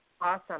Awesome